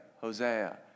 Hosea